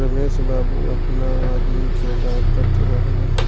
रमेश बाबू आपना आदमी के डाटऽत रहलन